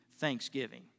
thanksgiving